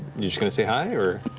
you just going to say hi, or?